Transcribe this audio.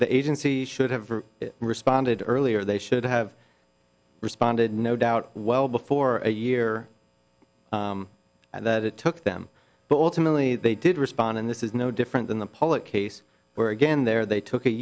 the agency should have responded earlier they should have responded no doubt well before a year that it took them but ultimately they did respond and this is no different than the public case where again there they took a